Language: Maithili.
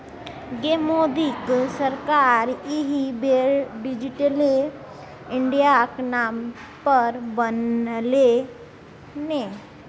गै मोदीक सरकार एहि बेर डिजिटले इंडियाक नाम पर बनलै ने